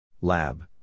Lab